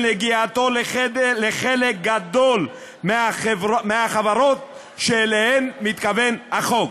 נגיעתו לחלק גדול מהחברות שאליהן מתכוון החוק,